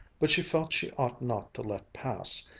but she felt she ought not to let pass,